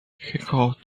could